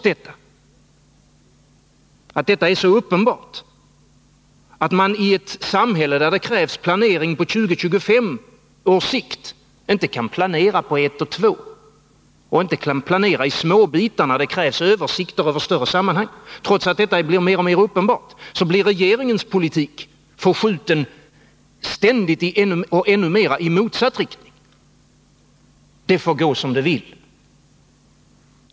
Trots att regeringen verkar i ett samhälle där det krävs planering på 20-25 års sikt, kan den inte ens planera för ett eller två år framåt. Den kan inte överblicka småbitar när det krävs översikter över större sammanhang. Och trots att detta blir alltmer uppenbart förskjuts ändå regeringens politik ständigt i motsatt riktning. — Det får gå som det vill.